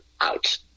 out